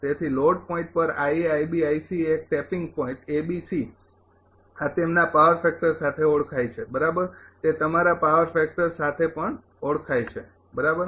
તેથી load point પર એક ટેપીંગ પોઇન્ટ આ તેમના પાવર ફેક્ટર સાથે ઓળખાય છે બરાબર તે તમારા પાવર ફેક્ટર સાથે પણ ઓળખાય છે બરાબર